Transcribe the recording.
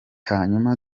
hanyuma